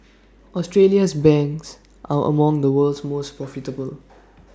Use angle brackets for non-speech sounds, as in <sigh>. <noise> Australia's banks are among the world's most profitable